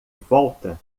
volta